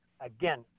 again